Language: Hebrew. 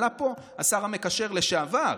עלה לפה השר המקשר לשעבר,